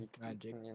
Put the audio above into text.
magic